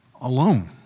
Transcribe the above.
alone